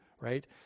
right